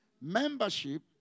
Membership